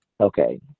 okay